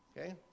okay